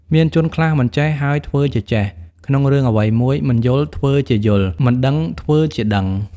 មានជនខ្លះមិនចេះ ហើយធ្វើជាចេះ ក្នុងរឿងអ្វីមួយ មិនយល់ ធ្វើជាយល់ មិនដឹង ធ្វើជាដឹង ។